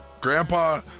Grandpa